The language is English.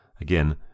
Again